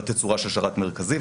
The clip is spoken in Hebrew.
בתצורה של שרת מרכזי,